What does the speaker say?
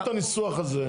תתקנו את הניסוח הזה.